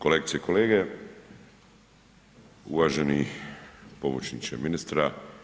Kolegice i kolege, uvaženi pomoćniče ministra.